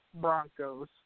Broncos